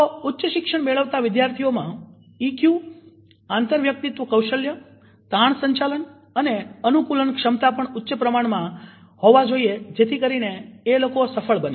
તો ઉચ્ચ શિક્ષણ મેળવતા વિધ્યાર્થીઓ માં ઈક્યુ આંતરવ્યક્તિત્વ કૌશલ્ય તાણ સંચાલન અને અનુકૂલનક્ષમતા પણ ઉચ્ચા પ્રમાણ માં હોવા જોઈએ જેથી કરી ને એ લોકો સફળ બને